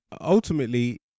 ultimately